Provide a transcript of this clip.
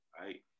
right